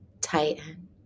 tighten